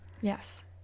yes